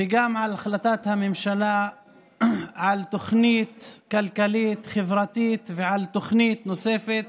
וגם על החלטת הממשלה על תוכנית כלכלית-חברתית ועל תוכנית נוספת